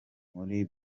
muri